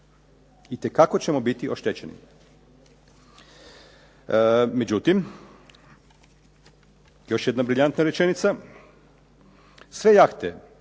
Itekako ćemo biti oštećeni. Međutim, još jedna briljantna rečenica: "Sve jahte